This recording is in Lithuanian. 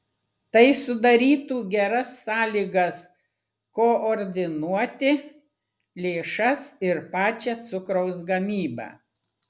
tai sudarytų geras sąlygas koordinuoti lėšas ir pačią cukraus gamybą